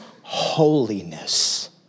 holiness